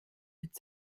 mit